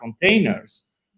containers